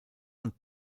und